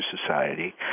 Society